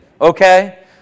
Okay